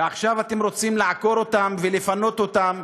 ועכשיו אתם רוצים לעקור אותם ולפנות אותם,